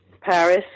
Paris